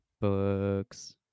books